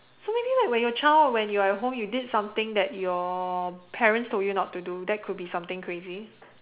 so maybe like when you're a child when you're at home you did something that your parents told you not to do that could be something crazy